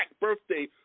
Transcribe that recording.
birthday